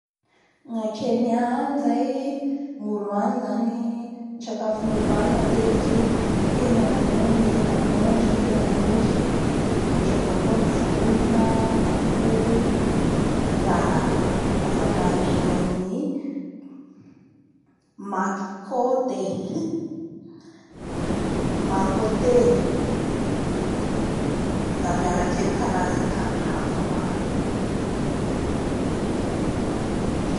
Gnolo a kenya ao koa zay da mihinanambary fe ny laoky tiandreo agny da ny legume sautéda asiandreo avao koa io fia akoho asiandreo avao koa io lentille de asiandreo chapati zao.